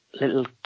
little